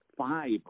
five